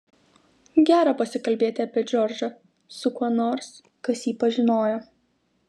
gera pasikalbėti apie džordžą su kuo nors kas jį pažinojo